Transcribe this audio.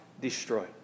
destroy